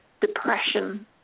depression